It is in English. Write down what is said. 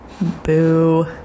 Boo